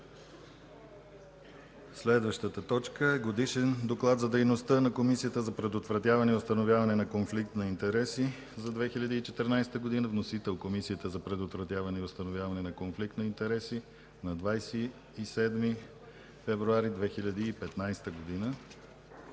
подкрепи внесения Годишен доклад за дейността на Комисията за предотвратяване и установяване на конфликт на интереси за 2014 г., № 520-00-17, внесен от Комисията за предотвратяване и установяване на конфликт на интереси на 27 февруари 2015 г.